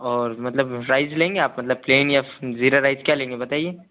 और मतलब राइस लेंगे आप मतलब प्लेन ज़ीरा राइस क्या लेंगे आप बताइए